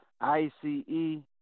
I-C-E